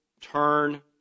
turn